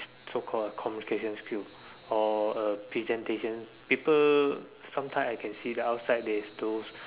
so called communication skill or a presentation people sometimes I can see that outside there's those